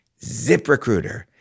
ZipRecruiter